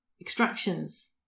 extractions